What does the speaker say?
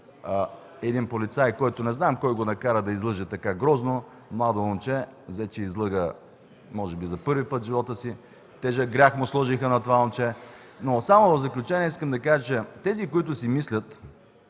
един полицай, който не знам кой го накара да излъже така грозно. Младо момче взе че излъга, може би за първи път в живота си, тежък грях му сложиха на това момче. В заключение искам да кажа следното. Тези, които си мислят,